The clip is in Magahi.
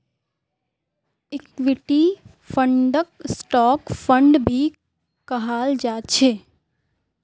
इक्विटी फंडक स्टॉक फंड भी कहाल जा छे